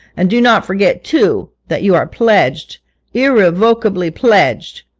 and do not forget, too, that you are pledged irrevocably pledged.